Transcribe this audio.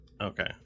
Okay